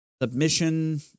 Submission